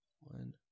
one